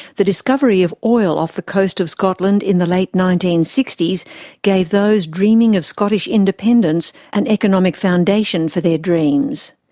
the discovery of oil off the coast of scotland in the late nineteen sixty s gave those dreaming of scottish independence an economic foundation for their dreams.